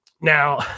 Now